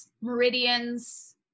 meridians